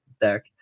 deck